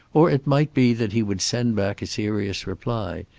or it might be that he would send back a serious reply,